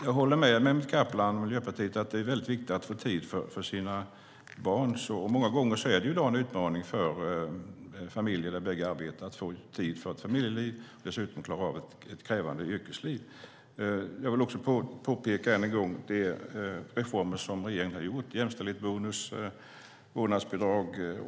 Jag håller med Mehmet Kaplan och Miljöpartiet om att det är väldigt viktigt att få tid för sina barn. Många gånger är det i dag en utmaning för familjer där bägge föräldrarna arbetar att få tid för ett familjeliv och dessutom klara av ett krävande yrkesliv. Jag vill än en gång påpeka de reformer som regeringen har gjort, till exempel jämställdhetsbonus och vårdnadsbidrag.